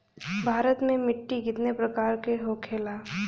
भारत में मिट्टी कितने प्रकार का होखे ला?